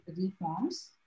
reforms